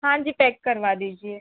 हाँ जी पैक करवा दीजिए